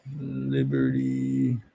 liberty